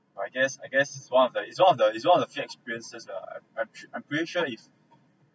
I guess I guess is one of the is one of the is one of the few experiences lah I'm I'm tri~ I'm pretty sure if